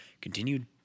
continued